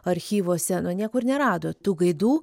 archyvuose niekur nerado tų gaidų